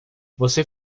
você